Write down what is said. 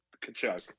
Kachuk